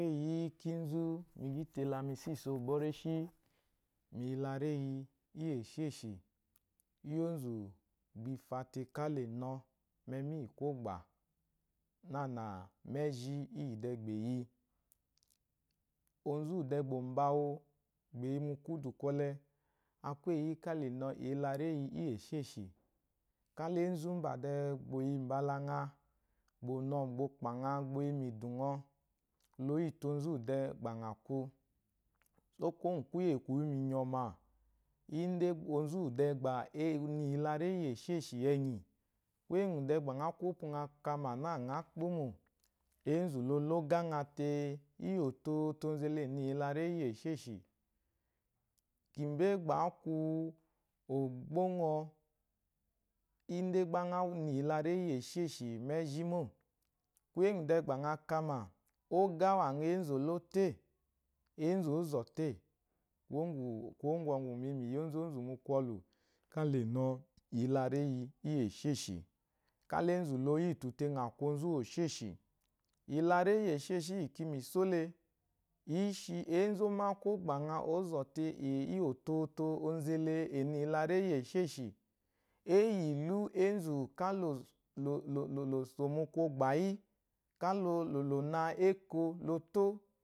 Um, kínzú mi gyí te la mi só ìsso bɔ́ réshí mu ìye la réyi mi, íyì èshêshì. Kwúyé ŋgwù gbà i fa te ká la ɔ̀ na mu ɛŋwú íyì kwɔ́gbà nâ mu ɛ́zhí íyì dɛ gbà è yi. Onzu úwù dɛ gbà mba wu, gbà è yi mu kwúdù kwɔlɛ, a kwu eyi yí ka la è na, èé na ari íyi íyèshêshì ká la énzù úmbà dɛɛ gbà o yiì mbala ŋa, bà ɔ̀ nɔ ɔ̀ bà ɔ kpà ŋa le, mu ìdù ŋɔ, la o yíìtù onzu úwù dɛɛ gba ŋà kwu. Sɔ́ kwuwó ŋgwù kwúyè kwù yi mu ìnyɔ̀mà, ń dé gbá onzu úwù dɛɛ gbà è yi m-mu ìyelaréyi íyèshêshì ɛnyì, kwúyè úŋgwù dɛɛ gbà ŋa kwú ópwu ŋa kamà na ŋá kpómò, eènzù la o ló ɔ́gá ŋa tee, íyì òtooto, onzu ele yi mu wo ari íyì èshêshî. Kìmbé gbá àá kwu ògbó ŋɔ, ń dé gbá ŋá yi ìyelaréyi íyèshêshì mu ɛ́zhí mô, kwúyè úŋgwù dɛɛ, gbà ŋa kamà ɔgá, úwàŋa, énzù ò ló tê? Èénzù òó zɔ̀ tê? Kwuwó "́ŋgwù kwuwó ŋgwɔ̀ŋgwù mì yi mu yí ónzónzù mu kwɔlù káa la ɔ́ nɔ ìyelaréyi íyèshêshì, kála énzù la o yítù tee, ŋa kwu onzu úwù úwèshêshì. Ìyelaréyi íyèshêshì íyì ki ŋì só le ìí shi èénzù ó má kwɔ́gbà ŋa, oó zɔ́ te,”èèè, íyì òtoto, onzu ele è yi mu ìwo laréyi íyì èshêshì. Énzú mú énzù kála ò s lolol sò mu kwɔgbá wú, ká la ɔ̀ na éko la o tó